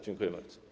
Dziękuję bardzo.